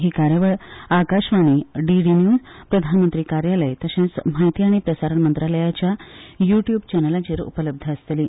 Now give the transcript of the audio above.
ही कार्यावळ Akashvani DD news प्रधानमंत्री कार्यालय तशेंच म्हायती आनी प्रसारण मंत्रालयाच्या यू ट्यूब चॅनलांचेर उपलब्ध आसतली